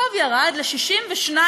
בחוב ירד ל-62.1%,